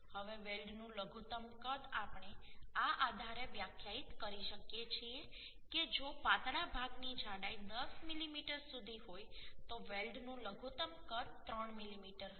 હવે વેલ્ડનું લઘુત્તમ કદ આપણે આ આધારે વ્યાખ્યાયિત કરી શકીએ છીએ કે જો પાતળા ભાગની જાડાઈ 10 મીમી સુધી હોય તો વેલ્ડનું લઘુત્તમ કદ 3 મીમી હશે